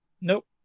Nope